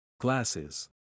Glasses